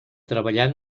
treballar